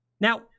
Now